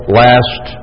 last